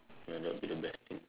might not be the best thing